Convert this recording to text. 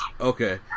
Okay